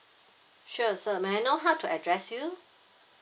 sure sir may I know how to address you